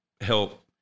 help